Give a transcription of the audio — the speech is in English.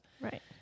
Right